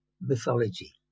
mythology